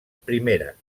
primeres